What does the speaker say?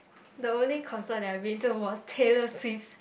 the only concert that I've been to was Taylor-Swift